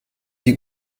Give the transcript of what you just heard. die